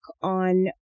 on